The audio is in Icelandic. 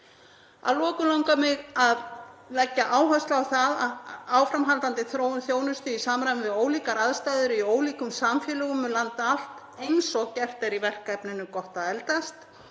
Að lokum langar mig að leggja áherslu á áframhaldandi þróun þjónustu í samræmi við ólíkar aðstæður í ólíkum samfélögum um land allt, eins og gert er í verkefninu Gott að eldast.